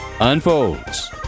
unfolds